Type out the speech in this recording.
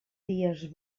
dies